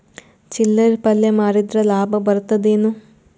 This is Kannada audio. ಚಿಲ್ಲರ್ ಪಲ್ಯ ಮಾರಿದ್ರ ಲಾಭ ಬರತದ ಏನು?